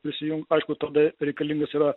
prisijungt aišku tada reikalingas yra